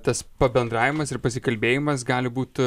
tas pabendravimas ir pasikalbėjimas gali būt